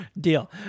Deal